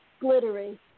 Glittery